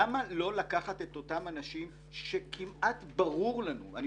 למה לא לקחת את אותם אנשים שכמעט ברור לנו אני